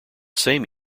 same